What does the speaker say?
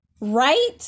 right